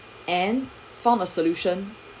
and found a solution